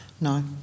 No